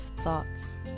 thoughts